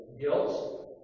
Guilt